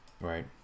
Right